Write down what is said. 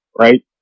right